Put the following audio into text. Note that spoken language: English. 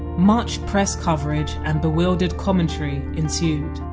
much press coverage and bewildered commentary ensued.